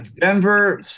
Denver